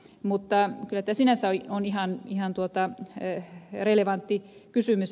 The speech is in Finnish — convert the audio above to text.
mutta kyllä tämä sinänsä on ihan relevantti kysymys